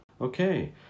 Okay